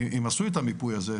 עשו את המיפוי הזה,